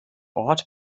ort